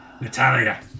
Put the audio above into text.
Natalia